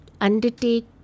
undertake